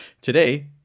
Today